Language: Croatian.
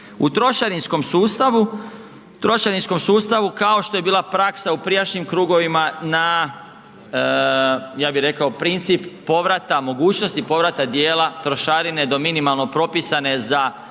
trošarinskom sustavu kao što je bila praksa u prijašnjim krugovima na, ja bih rekao, princip povrata mogućnosti povrata dijela trošarine do minimalno pripisane za